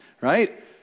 right